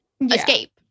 escape